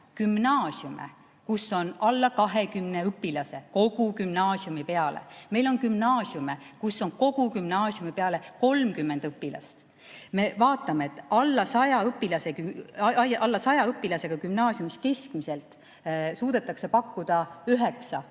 gümnaasiume! –, kus on alla 20 õpilase kogu gümnaasiumi peale. Meil on gümnaasiume, kus on kogu gümnaasiumi peale 30 õpilast. Me vaatame, et alla 100 õpilasega gümnaasiumis keskmiselt suudetakse pakkuda üheksat